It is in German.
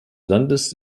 landes